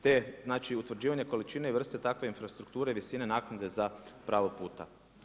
Te znači utvrđivanje količine i vrste takve infrastrukture i visine naknade za pravo puta.